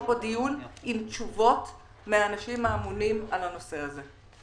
כאן דיון עם תשובות מהאנשים האמונים על הנושא הזה.